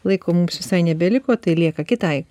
laiko mums visai nebeliko tai lieka kitai